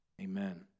Amen